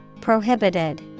Prohibited